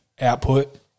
output